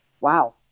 wow